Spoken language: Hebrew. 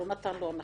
לא נתן לו הנחה,